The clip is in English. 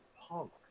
punk